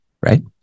right